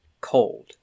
cold